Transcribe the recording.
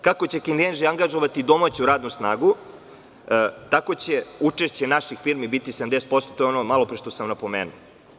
Kako će Kinezi angažovati domaću radnu snagu, tako će učešće naših formi biti 70%, to je ono malopre što sam napomenuo.